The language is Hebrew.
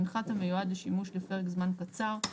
מנחת המיועד לשימוש לפרק זמן קצר,